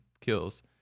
kills